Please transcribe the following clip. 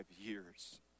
years